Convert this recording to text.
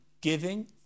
Giving